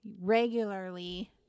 regularly